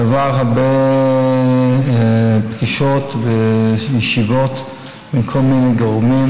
זה עבר הרבה פגישות וישיבות עם כל מיני גורמים.